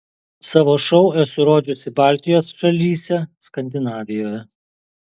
savo šou esu rodžiusi baltijos šalyse skandinavijoje